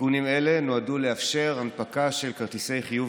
תיקונים אלה נועדו לאפשר הנפקה של כרטיסי חיוב